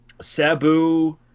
Sabu